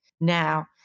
now